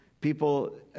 People